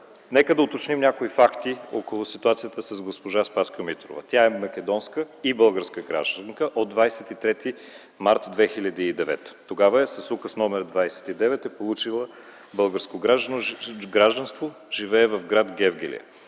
Нека да уточним някои факти около ситуацията с госпожа Спаска Митрова. Тя е македонска и българска гражданка от 23 март 2009 г. Тогава с Указ № 29 е получила българско гражданство. Живее в град Гевгели.